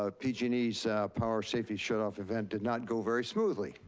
ah pg and e's power safety shutoff event did not go very smoothly,